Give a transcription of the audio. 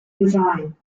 design